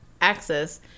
access